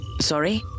Sorry